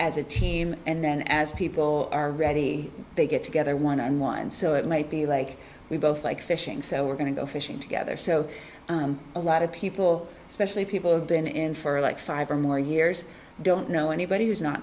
as a team and then as people are ready to get together one on one so it might be like we both like fishing so we're going to go fishing together so a lot of people especially people who've been in for like five or more years don't know anybody who's not